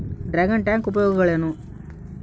Dragon tank ಉಪಯೋಗಗಳೇನು?